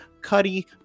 Cuddy